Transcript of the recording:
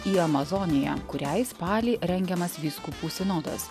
į amazoniją kuriai spalį rengiamas vyskupų sinodas